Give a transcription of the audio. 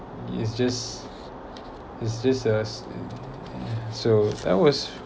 it's just it's just a so that's was